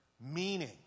meaning